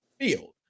field